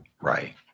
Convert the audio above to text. Right